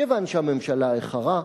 כיוון שהממשלה איחרה,